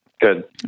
Good